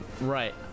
Right